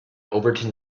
overton